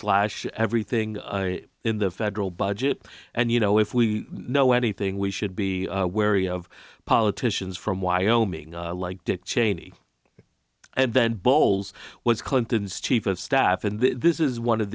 slash everything in the federal budget and you know if we know anything we should be wary of politicians from wyoming like dick cheney and then bowles was clinton's chief of staff and this is one of